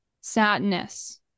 sadness